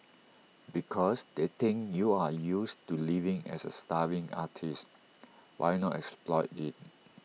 because they think you're used to living as A starving artist why not exploit IT